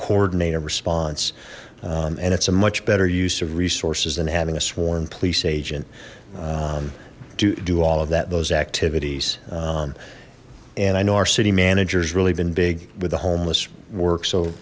coordinate a response and it's a much better use of resources than having a sworn police agent to do all of that those activities and i know our city managers really been big with the homeless work so